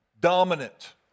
dominant